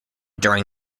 during